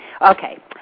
Okay